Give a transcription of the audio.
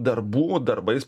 darbų darbais